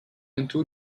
into